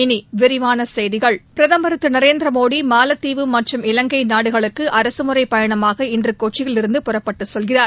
இனி விரிவான செய்திகள் பிரதமர் திரு நரேந்திரமோடி மாலத்தீவு மற்றும் இரவங்கை நாடுகளுக்கு அரசுமுறைப் பயணமாக இன்று கொச்சியிலிருந்து புறப்பட்டுச் செல்கிறார்